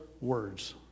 words